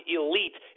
elite